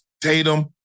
Tatum